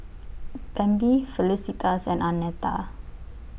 Bambi Felicitas and Arnetta